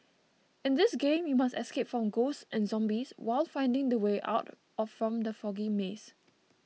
in this game you must escape from ghosts and zombies while finding the way out of from the foggy maze